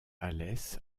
alès